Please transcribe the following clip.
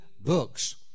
books